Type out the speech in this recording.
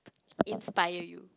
inspire you